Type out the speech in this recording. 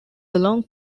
along